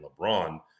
LeBron